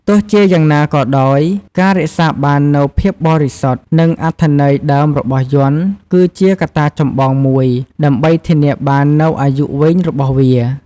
ទោះជាយ៉ាងណាក៏ដោយ ការរក្សាបាននូវភាពបរិសុទ្ធ និងអត្ថន័យដើមរបស់យ័ន្ត គឺជាកត្តាចម្បងមួយដើម្បីធានាបាននូវអាយុវែងរបស់វា។